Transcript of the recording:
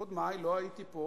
קודמי, לא הייתי פה